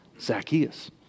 Zacchaeus